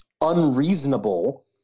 unreasonable